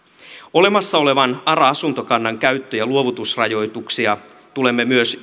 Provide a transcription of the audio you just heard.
olemassa olevan ara asuntokannan käyttö ja luovutusrajoituksia tulemme myös